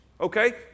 Okay